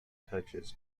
touches